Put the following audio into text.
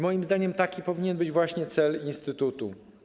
Moim zdaniem taki powinien być właśnie cel instytutu.